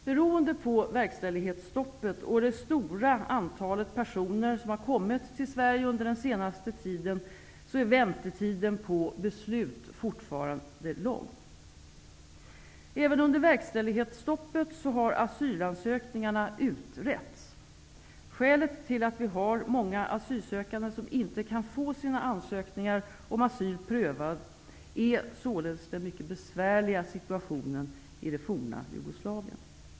Beroende på verkställighetsstoppet och det stora antalet personer som har kommit till Sverige under den senaste tiden är väntetiden på beslut fortfarande lång. Även under verkställighetsstoppet har asylansökningarna utretts. Skälet till att vi har många asylsökande som inte kan få sina ansökningar om asyl prövade är således den mycket besvärliga situationen i det forna Jugoslavien.